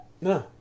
No